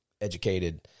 educated